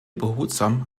behutsam